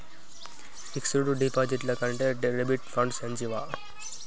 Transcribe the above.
Fix డ్ డిపాజిట్ల కంటే డెబిట్ ఫండ్స్ మంచివా?